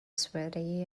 sweaty